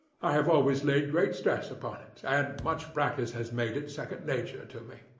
i have always laid great stress upon it, and much practice has made it second nature to me.